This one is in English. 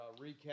recap